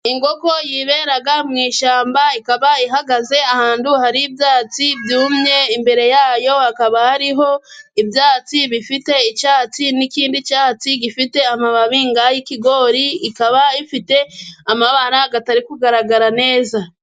Inkoko yibera mu ishyamba, ikaba ihagaze ahantu hari ibyatsi byumye, imbere yayo hakaba hariho ibyatsi bifite icyatsi, n'ikindi cyatsi gifite amababi y'ikigori, ikaba ifite amabara atari kugaragara neza.